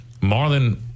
Marlon